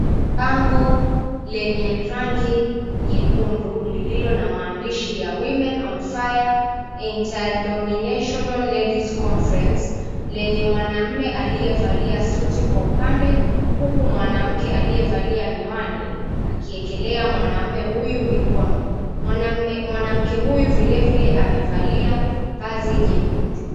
Bango lenye rangi nyekundu lililo na maandishi ya, Women on Fire Interdenominational Ladies Conference, lenye mwanamume aliyevalia suti kwa upande huku mwanamke aliyevalia miwani akiekelea mwanaume huyu mikono. Mwanamke huyu vilevile amevalia vazi jekundu.